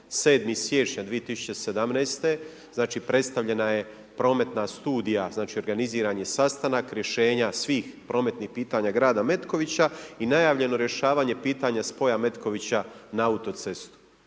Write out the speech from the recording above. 27. siječnja 2017. znači predstavljena je prometna studija, znači organiziran je sastanak rješenja svih prometnih pitanja grada Metkovića i najavljeno rješavanje pitanje spoja Metkovića na autocestu.